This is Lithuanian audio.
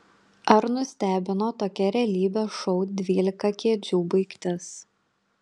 ar nustebino tokia realybės šou dvylika kėdžių baigtis